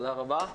תודה רבה.